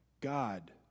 God